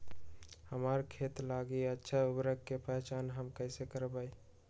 हमार खेत लागी अच्छा उर्वरक के पहचान हम कैसे करवाई?